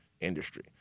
industry